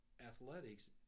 athletics